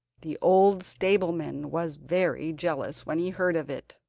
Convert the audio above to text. the old stableman was very jealous, when he heard of it,